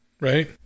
right